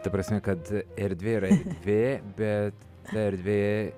ta prasme kad erdvė yra erdvė bet ta erdvė